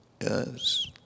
Yes